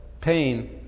pain